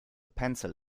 pencil